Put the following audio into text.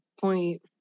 point